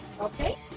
Okay